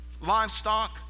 livestock